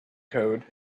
code